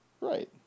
Right